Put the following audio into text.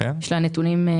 יש לה נתונים.